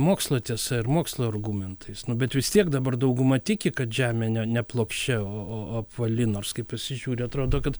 mokslo tiesa ir mokslo argumentais bet vis tiek dabar dauguma tiki kad žemė ne ne plokščia o o o apvali nors kai pasižiūri atrodo kad